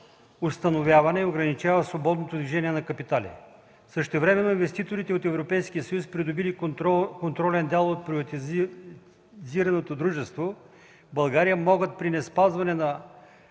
установяване и ограничава свободното движение на капитали. Същевременно инвеститорите от Европейския съюз, придобили контролен дял от приватизирано дружество в България, могат при неспазване на